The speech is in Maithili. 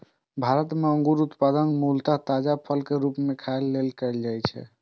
भारत मे अंगूरक उत्पादन मूलतः ताजा फलक रूप मे खाय लेल कैल जाइ छै